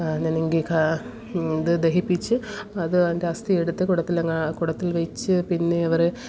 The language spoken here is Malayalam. ഇത് ദഹിപ്പിച്ച് അത് അതിൻ്റെ അസ്ഥി എടുത്ത് കുടത്തിലെങ്ങാൻ കുടത്തിൽ വച്ച് പിന്നെ ഇവര്